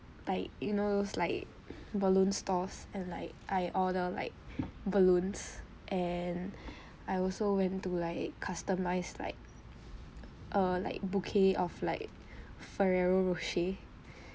like you know those like balloon stores and like I order like balloons and I also went to like customise like a like bouquet of like Ferrero Rocher